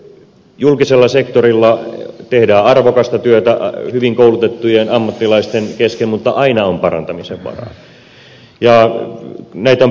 julkisella sektorilla tehdään arvokasta työtä hyvin koulutettujen ammattilaisten kesken mutta aina on parantamisen varaa